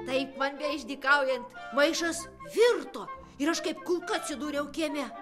taip man beišdykaujant maišas virto ir aš kaip kulka atsidūriau kieme